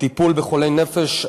טיפול בחולי נפש,